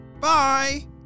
Bye